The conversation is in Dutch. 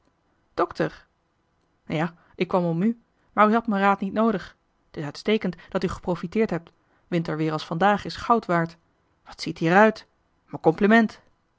dokter ja ik kwam om u maar u hadt me raad niet noodig t is uitstekend dat u geprofiteerd hebt johan de meester de zonde in het deftige dorp winterweer als vandaag is goud waard wat ziet ie d'er uit me compliment